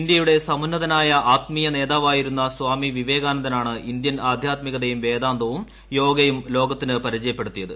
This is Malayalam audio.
ഇന്ത്യയുടെ സമുന്നതനായ ആത്മീയ നേതാവായിരുന്ന സ്വാമി വിവേകാനന്ദനാണ് ഇന്ത്യൻ ആധ്യാത്മികതയും വേദാന്തവും യോഗയും ലോകത്തിന് പരിചയപ്പെടുത്തിയത്